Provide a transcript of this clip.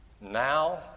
now